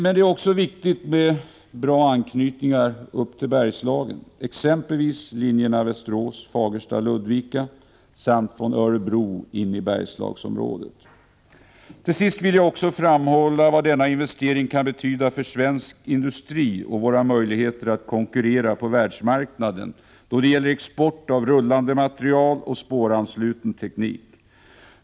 Det är också viktigt med bra anknytningar upp till Bergslagen, exempelvis linjen Västerås-Fagersta— Ludvika samt från Örebro in i Bergslagsområdet. Till sist vill jag också framhålla vad denna investering kan betyda för svensk industri och våra möjligheter att konkurrera på världsmarknaden då det gäller export av rullande materiel och spåransluten teknik.